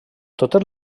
totes